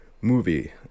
movie